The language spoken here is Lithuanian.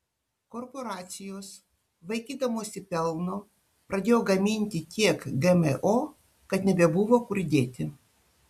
korporacijos vaikydamosi pelno pradėjo gaminti tiek gmo kad nebebuvo kur dėti